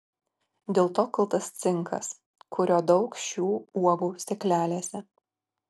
dėl to kaltas cinkas kurio daug šių uogų sėklelėse